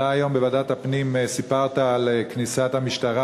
היום בוועדת הפנים סיפרת על כניסת המשטרה